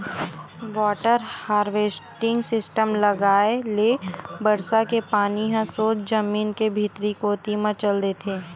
water harvesting system लगाए ले बरसा के पानी ह सोझ जमीन के भीतरी कोती म चल देथे